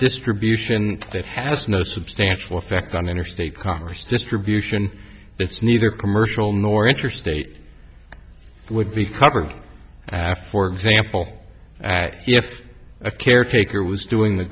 distribution that has no substantial effect on interstate commerce distribution this neither commercial nor interstate would be covered i for example if a caretaker was doing the